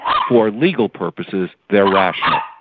for legal purposes they are rational.